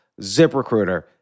ZipRecruiter